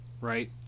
right